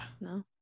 No